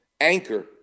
anchor